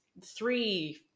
three